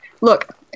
Look